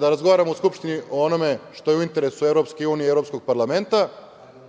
razgovaramo u Skupštini o onome što je u interesu Evropske unije i Evropskog parlamenta,